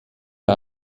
wir